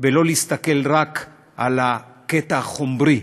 ולא להסתכל רק על הקטע החומרי,